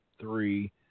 three